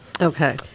Okay